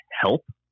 help